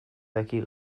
daki